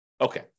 Okay